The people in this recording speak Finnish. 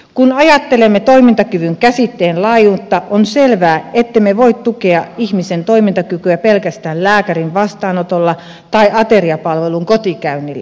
kun ajattelemme toimintakyky käsitteen laajuutta on selvää ettemme voi tukea ihmisen toimintakykyä pelkästään lääkärin vastaanotolla tai ateriapalvelun kotikäynnillä